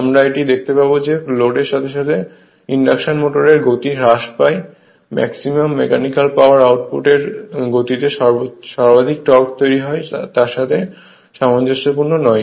আমরা এটি দেখতে পাব যে লোডের সাথে সাথে ইন্ডাকশন মোটরের গতি হ্রাস পায় ম্যাক্সিমাম মেকানিকাল পাওয়ার আউটপুট এর যে গতিতে সর্বাধিক টর্ক তৈরি হয় তার সাথে সামঞ্জস্যপূর্ণ নয়